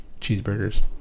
Cheeseburgers